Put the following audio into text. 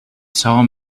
saw